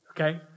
okay